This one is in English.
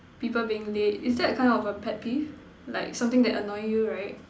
people being late is that a kind of a pet peeve like something that annoy you right